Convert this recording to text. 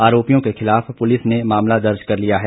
आरोपियों के खिलाफ पुलिस ने मामला दर्ज कर लिया है